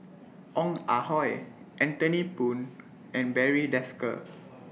Ong Ah Hoi Anthony Poon and Barry Desker